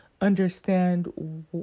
understand